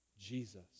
Jesus